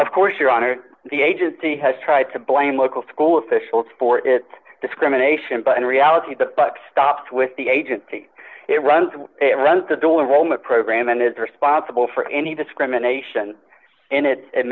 of course your honor the agency has tried to blame local school officials for it discrimination but in reality the buck stopped with the agency it runs it runs the door of all my program and is responsible for any discrimination in its a